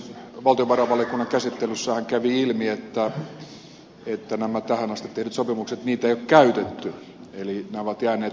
valtiovarainvaliokunnan käsittelyssähän kävi ilmi että näitä tähän asti tehtyjä sopimuksia ei ole käytetty eli ne ovat jääneet paperille